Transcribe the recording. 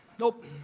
Nope